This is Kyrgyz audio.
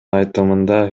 айтымында